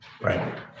Right